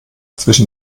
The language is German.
zwischen